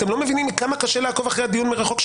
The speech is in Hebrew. אתם לא מבינים כמה קשה לעקוב אחרי הדיון מרחוק,